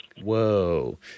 Whoa